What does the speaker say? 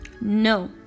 No